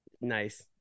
nice